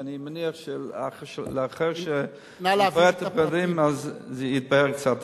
ואני מניח שלאחר שנקבע את הפרטים זה יתבהר קצת,